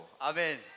Amen